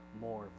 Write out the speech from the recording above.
more